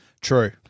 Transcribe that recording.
True